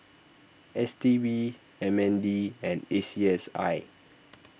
S T B M N D and A C S I